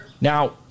Now